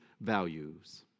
values